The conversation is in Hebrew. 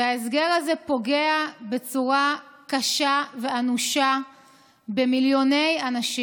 וההסגר הזה פוגע בצורה קשה ואנושה במיליוני אנשים.